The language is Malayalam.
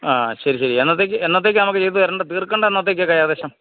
ആ ശരി ശരി എന്നത്തേക്ക് എന്നത്തേക്കാണ് ഇത് വരേണ്ടത് തീർക്കേണ്ടത് എന്നത്തേക്കൊക്കെയാണ് ഏകദേശം